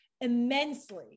immensely